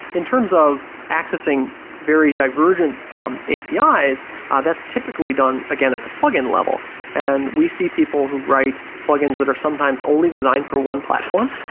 in terms of accessing very divergent um api's ah that's typically done again at the plugin level and we see people who write plugins that are sometimes only designed for one platform,